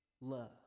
love